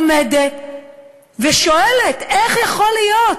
עומדת ושואלת: איך יכול להיות,